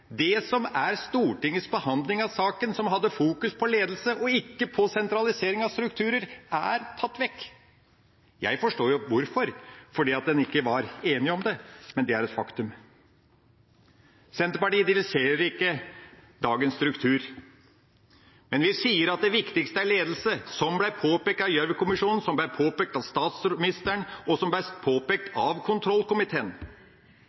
Det som er Stortingets behandling av saken, som hadde fokus på ledelse og ikke på sentralisering av strukturer, er tatt vekk. Jeg forstår jo hvorfor, for en var ikke enig om det, men det er et faktum. Senterpartiet kritiserer ikke dagens struktur, men vi sier at det viktigste er ledelse, som ble påpekt av Gjørv-kommisjonen, som ble påpekt av statsministeren, som ble påpekt av kontrollkomiteen,